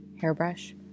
Hairbrush